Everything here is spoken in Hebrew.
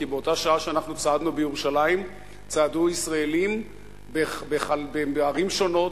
כי באותה שעה שאנחנו צעדנו בירושלים צעדו ישראלים בערים שונות,